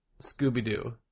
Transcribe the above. Scooby-Doo